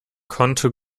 konnte